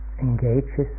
engages